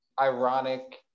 ironic